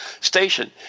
station